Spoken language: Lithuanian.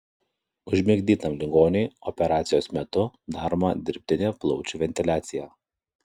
užmigdytam ligoniui operacijos metu daroma dirbtinė plaučių ventiliacija